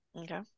Okay